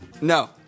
No